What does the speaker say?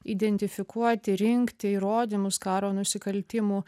identifikuoti rinkti įrodymus karo nusikaltimų